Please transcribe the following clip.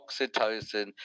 oxytocin